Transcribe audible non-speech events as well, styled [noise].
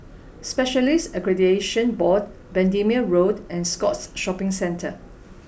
[noise] Specialists Accreditation Board Bendemeer Road and Scotts Shopping Centre